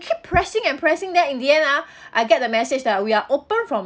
keep pressing and pressing then in the end ah I get the message that we are open from